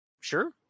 Sure